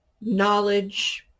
knowledge